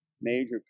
major